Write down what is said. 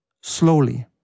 slowly